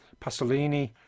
Pasolini